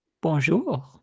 Bonjour